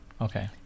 Okay